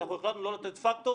"אנחנו החלטנו לא לתת פקטור"